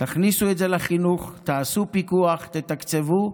תכניסו את זה לחינוך, תעשו פיקוח, תתקצבו.